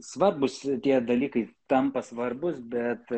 svarbūs tie dalykai tampa svarbūs bet